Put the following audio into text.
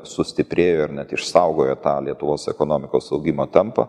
sustiprėjo ir net išsaugojo tą lietuvos ekonomikos augimo tempą